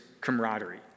camaraderie